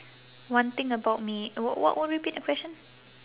one thing about me what what repeat the question